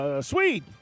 Sweet